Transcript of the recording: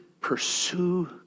pursue